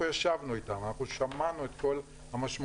אנחנו ישבנו איתם ושמענו את כל המשמעויות